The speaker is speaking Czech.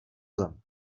zem